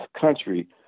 country